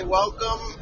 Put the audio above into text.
welcome